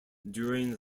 during